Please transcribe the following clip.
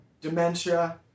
dementia